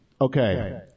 Okay